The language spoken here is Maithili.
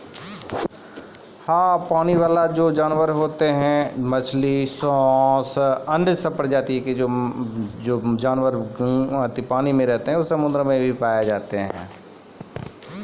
पानी बाला जानवर सोस होय छै जे गंगा, समुन्द्र मे पैलो जाय छै